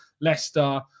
Leicester